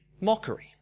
mockery